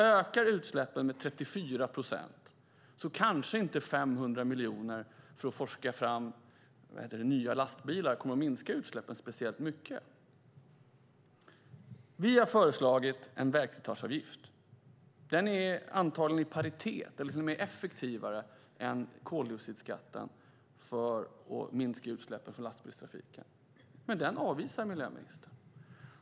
Ökar utsläppen med 34 procent kanske inte 500 miljoner för att forska fram nya lastbilar kommer att minska utsläppen speciellt mycket. Vi har föreslagit en vägslitageavgift. Den är antagligen i paritet med eller till och med effektivare än koldioxidskatten för att minska utsläppen från lastbilstrafiken. Men den avvisar miljöministern.